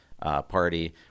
party